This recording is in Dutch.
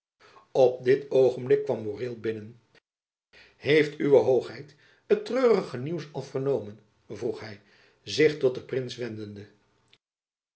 op dit oogenblik kwam boreel binnen heeft uwe hoogheid het treurige nieuws al vernomen vroeg hy zich tot den prins wendende